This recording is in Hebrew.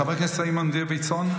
חבר הכנסת סימון דוידסון,